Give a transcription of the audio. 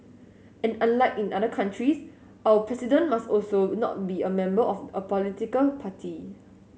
and unlike in other countries our President must also not be a member of a political party